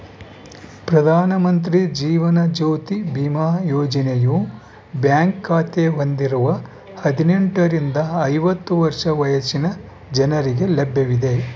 ಪ್ರಧಾನ ಮಂತ್ರಿ ಜೀವನ ಜ್ಯೋತಿ ಬಿಮಾ ಯೋಜನೆಯು ಬ್ಯಾಂಕ್ ಖಾತೆ ಹೊಂದಿರುವ ಹದಿನೆಂಟುರಿಂದ ಐವತ್ತು ವರ್ಷ ವಯಸ್ಸಿನ ಜನರಿಗೆ ಲಭ್ಯವಿದೆ